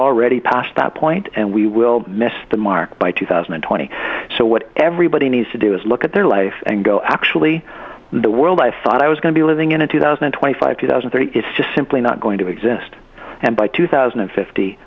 already past that point and we will miss the mark by two thousand and twenty so what everybody needs to do is look at their life and go actually the world i thought i was going to be living in a two thousand and twenty five two thousand three is just simply not going to exist and by two thousand and fifty